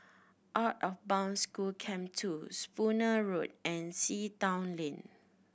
Out of Bound School Camp two Spooner Road and Sea Town Lane